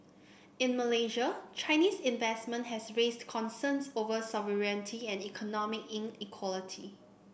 in Malaysia Chinese investment has raised concerns over sovereignty and economic inequality